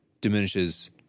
diminishes